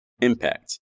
impact